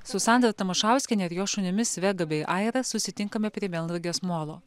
su sandra tamašauskiene ir jos šunimis vega bei aira susitinkame prie melnragės molo